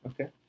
Okay